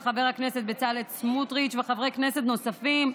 של חבר הכנסת בצלאל סמוטריץ' וחברי כנסת נוספים,